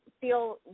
feel